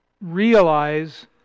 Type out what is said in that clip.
realize